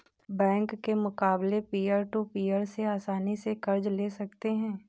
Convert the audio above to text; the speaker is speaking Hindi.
बैंक के मुकाबले पियर टू पियर से आसनी से कर्ज ले सकते है